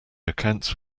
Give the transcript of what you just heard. accounts